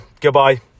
goodbye